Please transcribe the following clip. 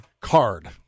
card